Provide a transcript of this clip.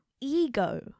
ego